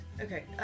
okay